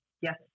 Yes